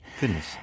Goodness